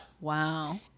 Wow